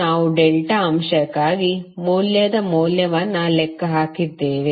ನಾವು ಡೆಲ್ಟಾ ಅಂಶಕ್ಕಾಗಿ ಮೌಲ್ಯದ ಮೌಲ್ಯವನ್ನು ಲೆಕ್ಕ ಹಾಕಿದ್ದೇವೆ